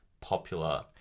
popular